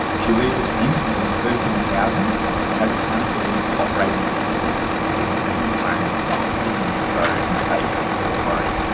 she leads a team of more than thirteen thousand and has accountability for operating agencies including sydney trains, sydney metro and state transit authority.